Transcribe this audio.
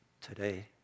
today